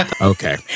Okay